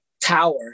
tower